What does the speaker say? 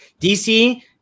dc